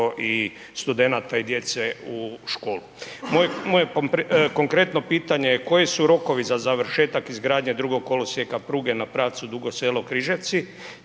i studenata i djece u školu. Moje konkretno pitanje je koji su rokovi za završetak izgradnje drugog kolosijeka pruge na pravcu Dugo Selo – Križevci